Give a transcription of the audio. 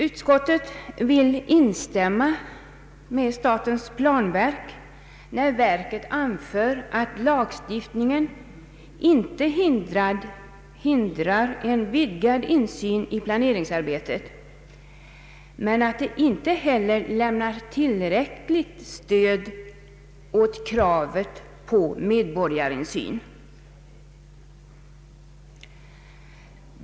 Utskottet vill instämma med statens planverk, när detta anför att lagstiftningen inte hindrar en vidgad insyn i planeringsarbetet men att den inte heller lämnar tillräckligt stöd åt kravet på medborgarinsyn.